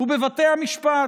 ובבתי המשפט,